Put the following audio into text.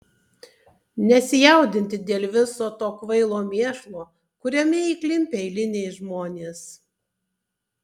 nesijaudinti dėl viso to kvailo mėšlo kuriame įklimpę eiliniai žmonės